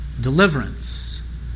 Deliverance